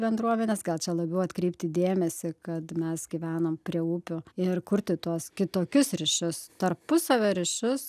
bendruomenes gal čia labiau atkreipti dėmesį kad mes gyvenam prie upių ir kurti tuos kitokius ryšius tarpusavio ryšius